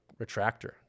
retractor